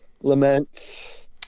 Laments